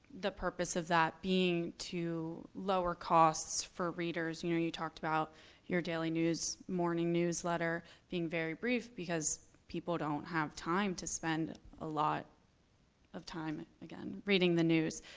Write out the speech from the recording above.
the purpose of that being to lower costs for readers. you know you talked about your daily news, morning newsletter being very brief because people don't have time to spend a lot of time and again, reading the news.